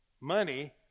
money